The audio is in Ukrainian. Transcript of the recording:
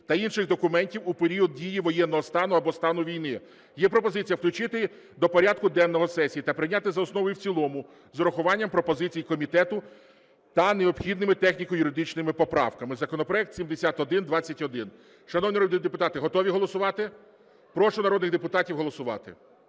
та інших документів у період дії воєнного стану або стану війни. Є пропозиція включити до порядку денного сесії та прийняти за основу та в цілому з урахуванням пропозицій комітету та необхідними техніко-юридичними поправками законопроект 7121. Шановні народні депутати, готові голосувати? Прошу народних депутатів голосувати.